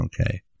Okay